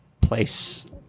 place